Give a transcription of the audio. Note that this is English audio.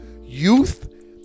youth